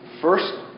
First